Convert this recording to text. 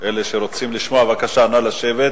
אלה שרוצים לשמוע, בבקשה, נא לשבת.